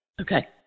Okay